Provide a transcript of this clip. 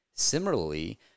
similarly